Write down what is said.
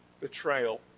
betrayal